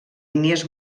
línies